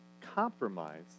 Compromise